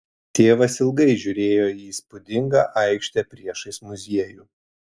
tėvas ilgai žiūrėjo į įspūdingą aikštę priešais muziejų